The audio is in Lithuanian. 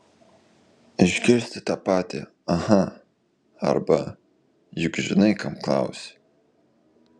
išgirsti tą patį aha arba juk žinai kam klausi